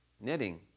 knitting